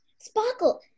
Sparkle